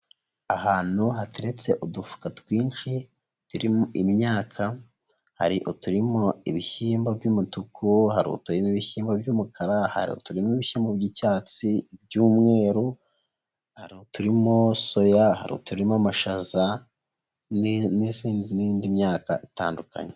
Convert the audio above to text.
Ahantu hateretse udufuka twinshi turimo imyaka hari uturimo ibishyimbo by'umutuku hari uturimo ibishyimbo by'umukara hari uturimo ibishyimbo by'icyatsi, umweru hari uturimo soya ruturimo amashaza n'indi myaka itandukanye.